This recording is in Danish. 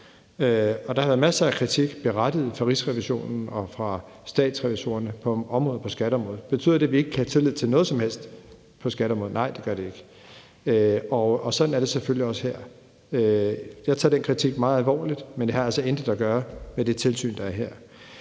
der har været masser af kritik – berettiget – fra Rigsrevisionen og fra Statsrevisorerne på områder på skatteområdet. Betyder det, at vi ikke kan have tillid til noget som helst på skatteområdet? Nej, det gør det ikke. Og sådan er det selvfølgelig også her. Jeg tager den kritik meget alvorligt, men det har altså intet at gøre med det tilsyn, der er her.